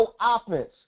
offense